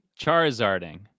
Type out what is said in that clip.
charizarding